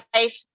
life